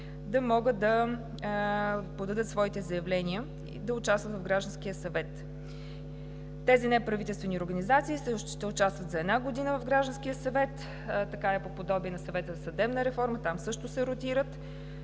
да могат да подадат своите заявления и да участват в Гражданския съвет. Тези неправителствени организации ще участват за една година в Гражданския съвет, така е по подобие на Съвета за съдебна реформа – там също се ротират,